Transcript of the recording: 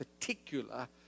particular